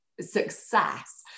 success